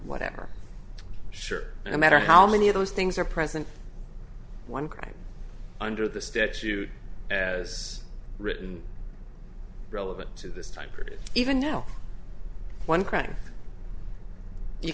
whatever shirt and matter how many of those things are present one crime under the statute as written relevant to this time period even no one crime you